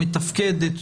מתפקדת,